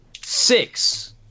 six